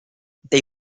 they